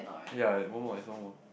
ya one more there's one more